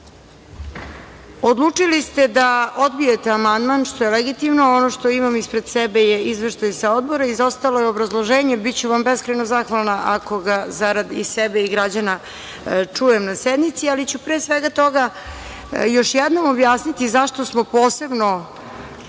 predviđa. Odlučili ste da odbijete amandman, što je legitimno, a ono što imam ispred sebe je Izveštaj sa Odbora. Izostalo je obrazloženje i biću vam beskrajno zahvalna ako ga zarad i sebe i građana čujem na sednici, ali ću pre svega toga još jednom objasniti zašto smo posebno